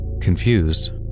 Confused